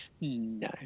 No